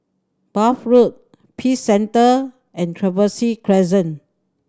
Bath Road Peace Centre and Trevose Crescent